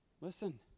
listen